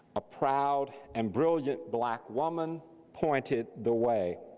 a proud and brilliant black woman pointed the way.